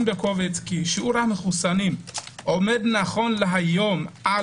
בקובץ כי שיעור המחוסנים עומד נכון להיום על